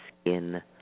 skin